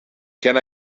can